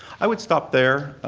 i would stop there,